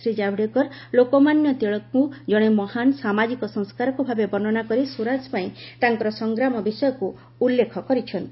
ଶ୍ରୀ ଜାଭେଡକର ଲୋକମାନ୍ୟ ତିଳକଙ୍କୁ ଜଣେ ମହାନ ସାମାଜିକ ସଂସ୍କାରକ ଭାବେ ବର୍ଷ୍ଣନା କରି ସ୍ୱରାଜ ପାଇଁ ତାଙ୍କର ସଂଗ୍ରାମ ବିଷୟକୁ ଉଲ୍ଲେଖ କରିଛନ୍ତି